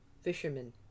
fisherman